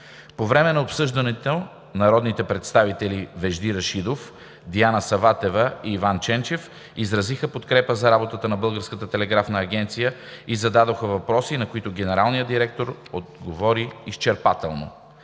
По време на обсъждането народните представители Вежди Рашидов, Диана Саватева и Иван Ченчев изразиха подкрепа за работата на Българската телеграфна агенция и зададоха въпроси, на които генералният директор отговори изчерпателно.